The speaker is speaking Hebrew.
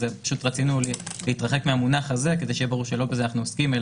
פשוט רצינו להתרחק מהמונח הזה כדי שיהיה ברור שלא בזה אנחנו עוסקים,